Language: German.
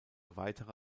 weitere